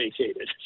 vacated